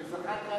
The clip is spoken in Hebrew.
זחאלקה,